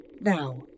Now